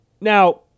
Now